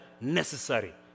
necessary